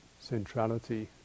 centrality